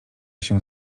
się